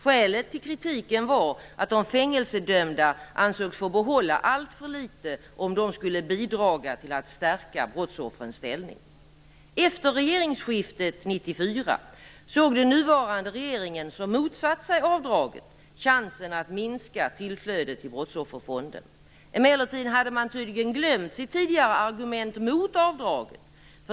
Skälet till kritiken var att de fängelsedömda ansågs få behålla alltför litet om de skulle bidra till att stärka brottsoffrens ställning. Efter regeringsskiftet 1994 såg den nuvarande regeringen, som motsatt sig avdraget, chansen att minska tillflödet till Brottsofferfonden. Emellertid hade man tydligen glömt sitt tidigare argument mot avdraget.